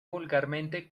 vulgarmente